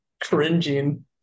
cringing